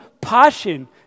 passion